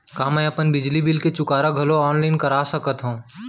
का मैं अपन बिजली बिल के चुकारा घलो ऑनलाइन करा सकथव?